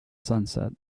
sunset